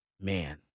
man